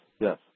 yes